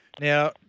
Now